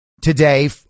Today